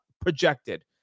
projected